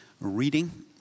reading